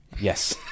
Yes